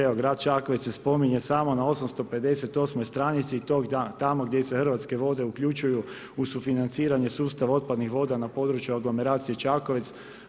Evo grad Čakovec se spominje samo na 858 stranici i to tamo gdje se Hrvatske vode uključuju u sufinanciranje sustava otpadnih voda na području aglomeracije Čakovec.